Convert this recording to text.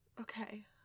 Okay